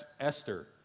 Esther